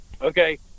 okay